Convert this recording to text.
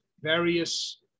various